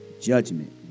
judgment